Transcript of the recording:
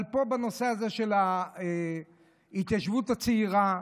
אבל פה, בנושא הזה של ההתיישבות הצעירה,